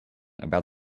about